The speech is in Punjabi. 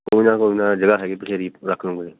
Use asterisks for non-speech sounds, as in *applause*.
ਕੋਈ ਨਾ ਕੋਈ ਨਾ ਜਿਹੜਾ ਹੈਗਾ *unintelligible* ਰੱਖ ਲਉਂਗੇ